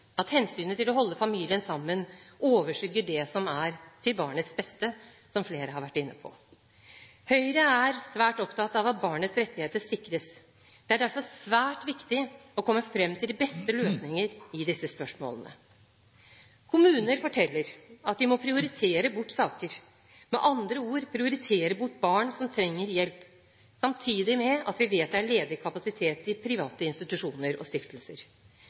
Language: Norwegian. at hensynet til å holde familien sammen overskygger det som er til barnets beste, som flere har vært inne på. Høyre er svært opptatt av at barnets rettigheter sikres. Det er derfor svært viktig å komme frem til de beste løsninger i disse spørsmålene. Kommuner forteller at de må prioritere bort saker, med andre ord prioritere bort barn som trenger hjelp, samtidig med at vi vet at det er ledig kapasitet i private institusjoner og stiftelser.